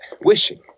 wishing